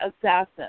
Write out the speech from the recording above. Assassin